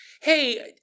Hey